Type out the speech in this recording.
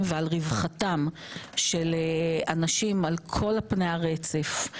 ועל רווחתם של אנשים על כל פני הרצף,